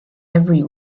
every